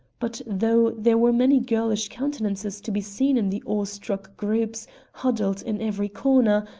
but though there were many girlish countenances to be seen in the awestruck groups huddled in every corner,